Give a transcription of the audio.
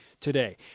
today